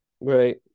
right